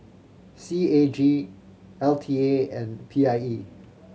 C A G L T A and P I E